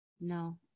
No